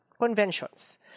conventions